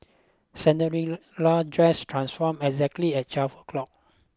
Cinderella dress transformed exactly at twelve o'clock